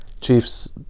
Chiefs